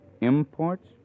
Imports